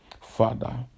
Father